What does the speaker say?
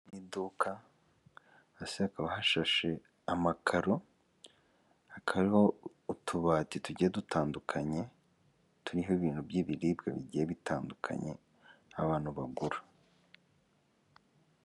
Iduka hasi hakaba hashashe amakaro hakaba hariho utubati tugiye dutandukanye turiho ibintu by'ibiribwa bigiye bitandukanye abantu bagura.